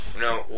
No